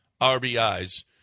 RBIs